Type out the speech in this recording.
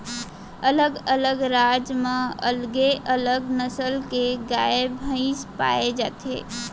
अलग अलग राज म अलगे अलग नसल के गाय भईंस पाए जाथे